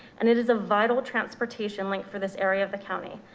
and it is a vital transportation link for this area of the county.